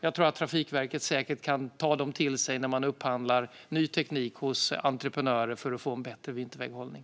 Jag tror att Trafikverket säkert kan ta dem till sig när man upphandlar ny teknik av entreprenörer för att få en bättre vinterväghållning.